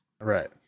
Right